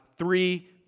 Three